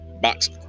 box